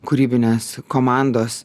kūrybinės komandos